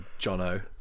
Jono